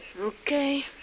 Okay